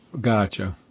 gotcha